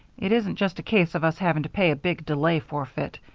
it isn't just a case of us having to pay a big delay forfeit.